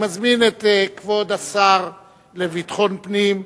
אני מזמין את כבוד השר לביטחון פנים,